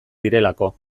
direlako